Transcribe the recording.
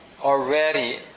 already